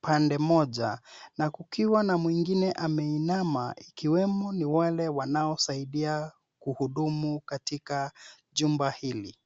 pande moja na kukiwa na mwingine ameinama, ikiwemo ni wale wanaosadia kuhudumu katika jumba hili.